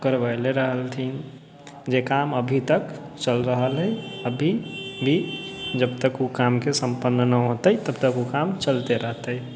करबैले रहलथिन जे काम अभी तक चलि रहल हइ अभी भी जबतक उ कामके सम्पन्न नहि होतै तबतक उ काम चलते रहतै